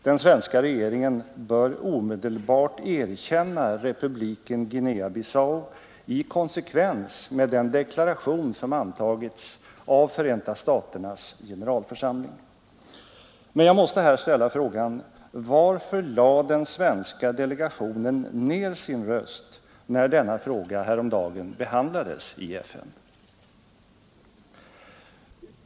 Den svenska regeringen bör omedelbart erkänna republiken Guinea-Bissau i konse kvens med den deklaration som antagits av Förenta nationernas generalförsamling. Men varför lade den svenska delegationen ned sin röst när frågan avgjordes?